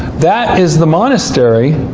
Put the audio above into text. that is the monastery,